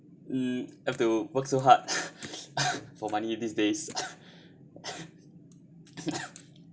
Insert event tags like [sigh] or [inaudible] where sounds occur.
mm have to work so hard [coughs] for money in these days [coughs] [coughs]